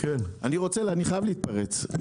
אני חייב להתפרץ,